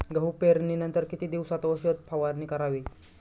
गहू पेरणीनंतर किती दिवसात औषध फवारणी करावी?